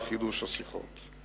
על חידוש השיחות.